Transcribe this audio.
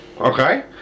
Okay